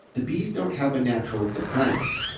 the bees don't have a natural defense.